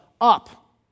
up